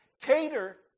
Cater